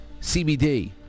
CBD